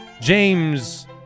James